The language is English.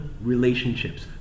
relationships